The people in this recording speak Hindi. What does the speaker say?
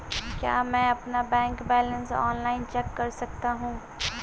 क्या मैं अपना बैंक बैलेंस ऑनलाइन चेक कर सकता हूँ?